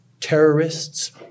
terrorists